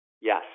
Yes